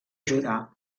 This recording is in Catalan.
judà